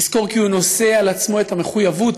לזכור כי הוא נושא על עצמו את המחויבות